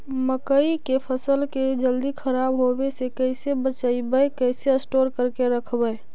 मकइ के फ़सल के जल्दी खराब होबे से कैसे बचइबै कैसे स्टोर करके रखबै?